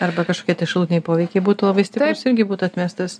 arba kažkokie tai šalutiniai poveikiai būtų labai stiprūs irgi būtų atmestas